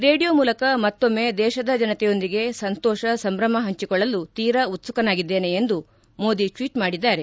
radio ಮೂಲಕ ಮತ್ತೊಮ್ನೆ ದೇಶದ ಜನತೆಯೊಂದಿಗೆ ಸಂತೋಷ ಸಂಭ್ರಮ ಹಂಚಿಕೊಳ್ಳಲು ತೀರಾ ಉತ್ಸುಕನಾಗಿದ್ದೇನೆ ಎಂದು ಮೋದಿ ಟ್ವೀಟ್ ಮಾಡಿದ್ದಾರೆ